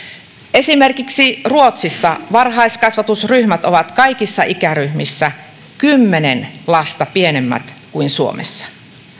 esimerkiksi ruotsissa varhaiskasvatusryhmät ovat kaikissa ikäryhmissä kymmenen lasta pienemmät kuin suomessa